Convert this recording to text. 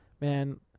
Man